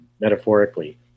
metaphorically